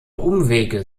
umwege